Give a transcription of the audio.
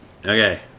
Okay